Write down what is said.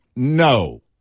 No